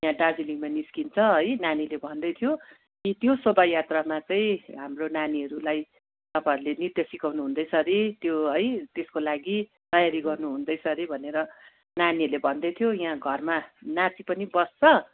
यहाँ दार्जिलिङमा निस्कन्छ है नानीले भन्दै थियो कि त्यो शोभा यात्रामा चाहिँ हाम्रो नानीहरूलाई तपाईँहरूले नृत्य सिकाउनु हुँदैछ हरे त्यो है त्यसको लागि तयारी गर्नु हुँदैछ अरे भनेर नानीहरूले भन्दै थियो यहाँ घरमा नाची पनि बस्छ